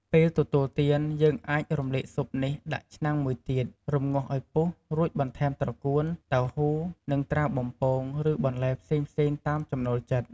ពេលទទួលទាន យើងអាចរំលែកស៊ុបនេះដាក់ឆ្នាំងមួយទៀត រំងាស់ឱ្យពុះ រួចបន្ថែមត្រកួន តៅហ៊ូ និង ត្រាវបំពង ឬ បន្លែផ្សេងៗតាមចំណូលចិត្ត។